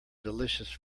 delicious